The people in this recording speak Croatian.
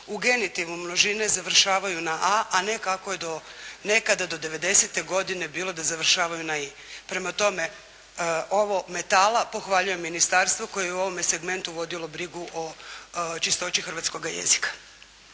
u genitivu množine završavaju na a, a ne kako je nekada do devedesete godine bilo da završavaju na i. Prema tome, ovo metala, pohvaljujem ministarstvo koje je u ovom segmentu vodilo brigu o čistoći hrvatskoga jezika.